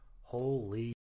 holy